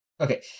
Okay